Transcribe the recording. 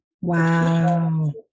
Wow